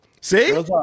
See